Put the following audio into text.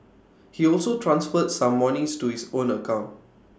he also transferred some moneys to his own account